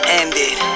ended